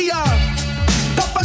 Papa